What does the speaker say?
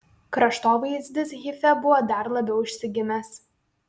kraštovaizdis hife buvo dar labiau išsigimęs